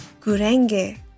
Gurenge